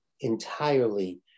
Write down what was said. entirely